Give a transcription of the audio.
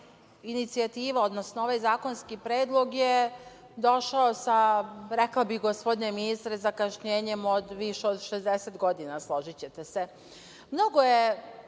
inicijativa, odnosno ovaj zakonski predlog je došao sa, rekao bih, gospodine ministre, zakašnjenjem od više od 60 godina, složićete se. Mnogo je,